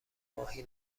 ماهی